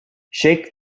shake